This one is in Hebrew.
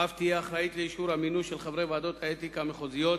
אף תהיה אחראית לאישור המינוי של חברי ועדות האתיקה המחוזיות